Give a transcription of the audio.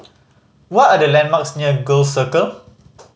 what are the landmarks near Gul Circle